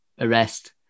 arrest